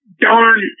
darn